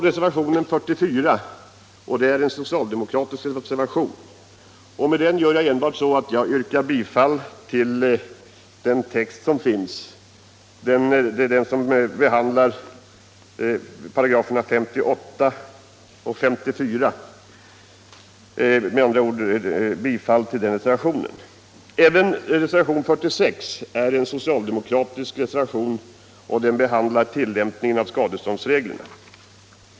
Reservationen 44 är socialdemokratisk. Jag yrkar helt enkelt bifall till den reservationen, vars text behandlar 58 och 54 §§. Även reservationen 46 är socialdemokratisk. Den behandlar tillämpningen av skadeståndsreglerna.